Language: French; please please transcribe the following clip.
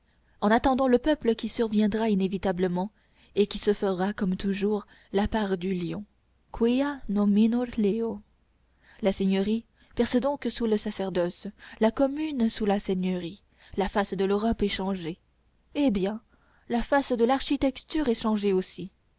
en attendant le peuple qui surviendra inévitablement et qui se fera comme toujours la part du lion quia nominor leo la seigneurie perce donc sous le sacerdoce la commune sous la seigneurie la face de l'europe est changée eh bien la face de l'architecture est changée aussi